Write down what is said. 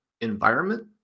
environment